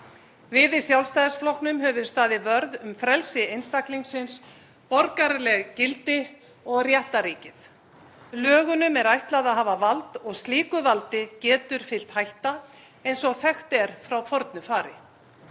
Við í Sjálfstæðisflokknum höfum við staðið vörð um frelsi einstaklingsins, borgaraleg gildi og réttarríkið. Lögunum er ætlað að hafa vald og slíku valdi getur fylgt hætta eins og þekkt er frá fornu fari.